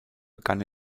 begann